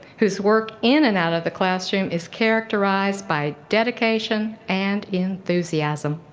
whose work in and out of the classroom is characterized by dedication and enthusiasm.